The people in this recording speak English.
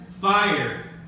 fire